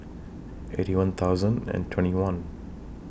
Eighty One thousand and twenty one